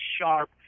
sharp